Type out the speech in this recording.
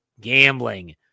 gambling